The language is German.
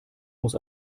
muss